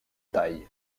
taille